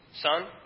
son